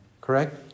Correct